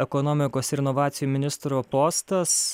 ekonomikos ir inovacijų ministro postas